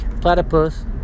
platypus